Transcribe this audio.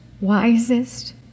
wisest